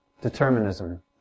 Determinism